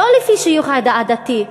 לא לפי שיוך עדתי.